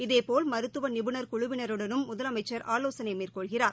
இதேபோல் மருத்துவ நிபுணர் குழுவினருடனும் முதலமைச்சர் ஆலோசனை மேற்கொள்கிறார்